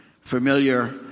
familiar